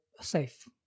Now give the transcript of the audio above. safe